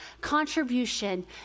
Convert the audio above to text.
contribution